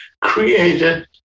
created